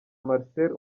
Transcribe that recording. marcel